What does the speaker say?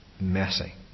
messy